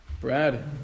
Brad